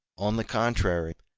on the contrary,